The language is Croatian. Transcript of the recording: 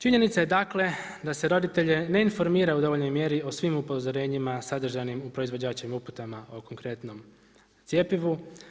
Činjenica je dakle da se roditelje ne informira u dovoljnoj mjeri o svim upozorenjima sadržajnim u proizvođačevim uputama o konkretnom cjepivu.